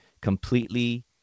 completely